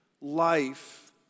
life